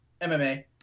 MMA